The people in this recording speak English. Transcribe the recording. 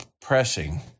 pressing